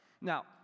Now